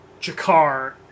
Jakar